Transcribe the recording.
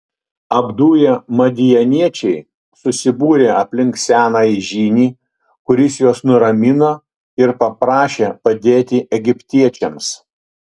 apduję madianiečiai susibūrė aplink senąjį žynį kuris juos nuramino ir paprašė padėti egiptiečiams